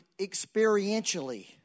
experientially